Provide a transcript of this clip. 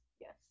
Yes